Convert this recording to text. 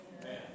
Amen